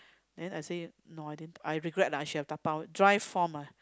then I say no I didn't I regret lah I should have dabao dry form ah